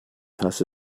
hasse